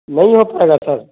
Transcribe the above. نہیں ہو پائے گا سر